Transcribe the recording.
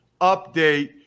update